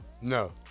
No